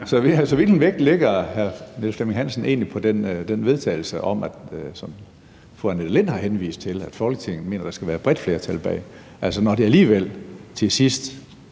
Så hvilken vægt lægger hr. Niels Flemming Hansen egentlig på det forslag til vedtagelse, som fru Annette Lind har henvist til, om, at Folketinget mener, at der skal være et bredt flertal bag, altså når det alligevel til sidst